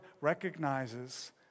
recognizes